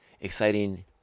exciting